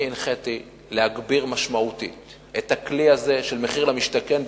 אני הנחיתי להגביר משמעותית את הכלי הזה של מחיר למשתכן,